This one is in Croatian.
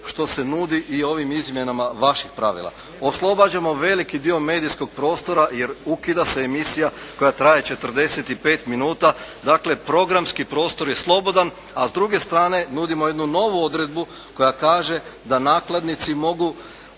što se nudi i ovim izmjenama vaših pravila, oslobađamo veliki dio medijskog prostora jer ukida se emisija koja traje 45 minuta, dakle programski prostor je slobodan, a s druge strane nudimo jednu novu odredbu koja kaže da nakladnici mogu